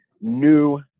new